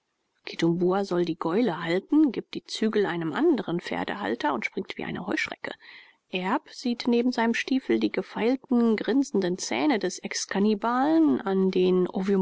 soll die gäule halten gibt die zügel einem andren pferdehalter und springt wie eine heuschrecke erb sieht neben seinem stiefel die gefeilten grinsenden zähne des exkannibalen an den